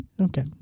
Okay